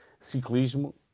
ciclismo